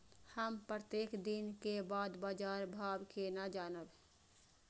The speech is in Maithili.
हम प्रत्येक दिन के बाद बाजार भाव केना जानब?